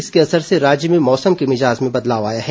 इसके असर से राज्य में मौसम के मिजाज में बदलाव आया है